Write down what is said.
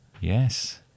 Yes